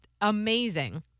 amazing